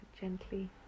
gently